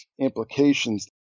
implications